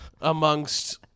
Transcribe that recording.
amongst